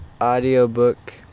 audiobook